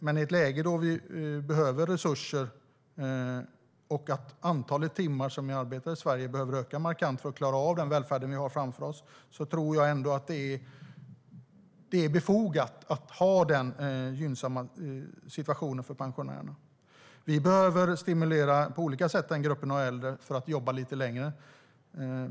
Men i ett läge där vi behöver resurser och antalet arbetade timmar i Sverige behöver öka markant för att klara av den välfärd vi har framför oss tror jag ändå att det är befogat att ha den gynnsamma situationen för pensionärerna. Vi behöver på olika sätt stimulera den gruppen av äldre att jobba lite längre.